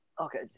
okay